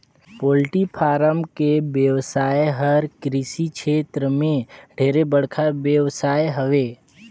poultry farm के बेवसाय हर कृषि के छेत्र में ढेरे बड़खा बेवसाय हवे